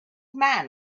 man